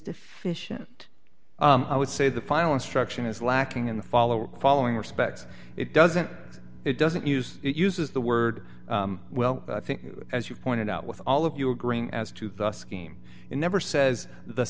deficient i would say the final instruction is lacking in the follower following respects it doesn't it doesn't use it uses the word well i think as you pointed out with all of you agreeing as to the scheme never says the